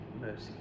mercy